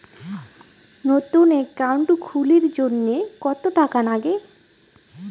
নতুন একাউন্ট খুলির জন্যে কত টাকা নাগে?